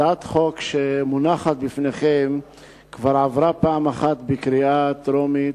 הצעת החוק המונחת לפניכם כבר עברה פעם אחת בקריאה טרומית,